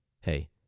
Hey